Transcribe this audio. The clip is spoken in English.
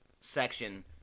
section